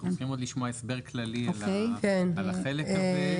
אנחנו צריכים עוד לשמוע הסבר כללי על החלק הזה.